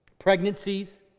Pregnancies